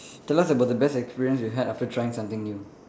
tell us about the best experience you had after trying something new